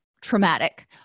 traumatic